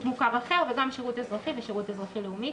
מוכר אחר וגם שירות אזרחי ושירות אזרחי-לאומי.